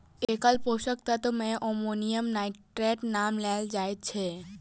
एकल पोषक तत्व मे अमोनियम नाइट्रेटक नाम लेल जाइत छै